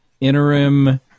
interim